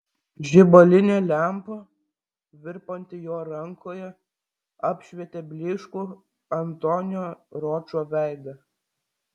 žibalinė lempa virpanti jo rankoje apšvietė blyškų antonio ročo veidą